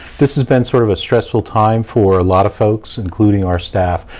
this has been sort of a stressful time for a lot of folks, including our staff,